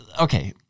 Okay